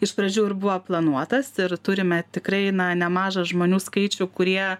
iš pradžių ir buvo planuotas ir turime tikrai na nemažą žmonių skaičių kurie